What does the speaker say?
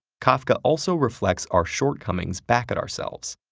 kafka also reflects our shortcomings back at ourselves.